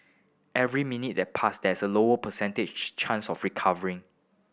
every minute that pass there is a lower percentage chance of recovery